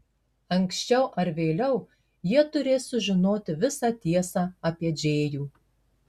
anksčiau ar vėliau jie turės sužinoti visą tiesą apie džėjų